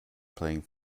playing